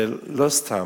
זה לא סתם.